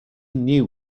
knew